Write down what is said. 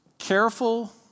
Careful